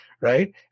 right